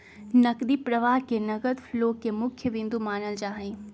नकदी प्रवाह के नगद फ्लो के मुख्य बिन्दु मानल जाहई